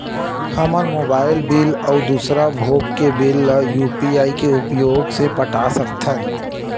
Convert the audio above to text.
हमन mobile bill अउ दूसर भोग के बिल ला यू.पी.आई के उपयोग से पटा सकथन